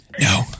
no